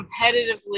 competitively